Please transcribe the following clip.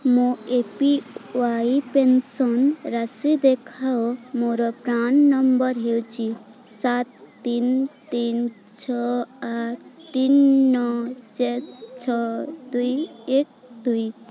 ମୋ A P Y pension ରାଶି ଦେଖାଅ ମୋର ପ୍ରାନ୍ ନମ୍ବର ହେଉଛି ସାତ ତିନି ତିନି ଛଅ ଆଠ ତିନି ନଅ ଚାରି ଛଅ ଦୁଇ ଏକ ଦୁଇ